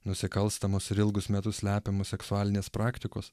nusikalstamos ir ilgus metus slepiamos seksualinės praktikos